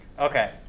Okay